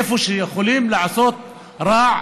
איפה שיכולים לעשות רע,